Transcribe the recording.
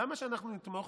למה שאנחנו נתמוך,